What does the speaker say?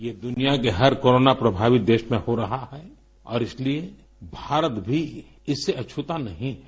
ये दुनिया के हर कोरोना प्रभावित देश में हो रहा है और इसलिए भारत भी इससे अछूता नहीं है